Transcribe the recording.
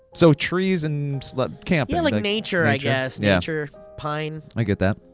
so trees and like camping. yeah, like nature i guess, nature, pine. i get that.